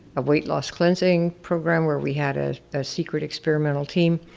a weight-loss cleansing program where we had ah a secret experimental team.